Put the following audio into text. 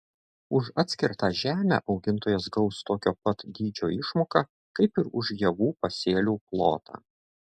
už atskirtą žemę augintojas gaus tokio pat dydžio išmoką kaip ir už javų pasėlių plotą